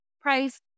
price